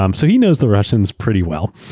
um so he knows the russians pretty well.